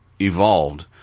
evolved